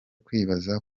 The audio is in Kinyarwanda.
kwibaza